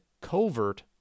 Covert